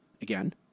again